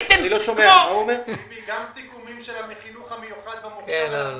גם עם סיכומים של החינוך המיוחד במוכש"ר אנחנו מחכים,